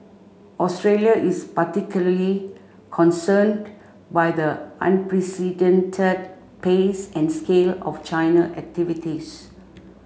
Australia is particularly concerned by the unprecedented pace and scale of China activities